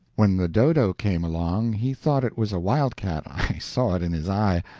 when the dodo came along he thought it was a wildcat i saw it in his eye.